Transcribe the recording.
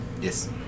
Yes